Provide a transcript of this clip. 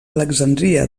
alexandria